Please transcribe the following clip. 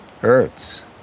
hurts